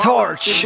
Torch